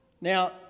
Now